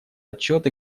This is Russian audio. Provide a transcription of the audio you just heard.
отчет